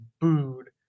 booed